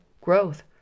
growth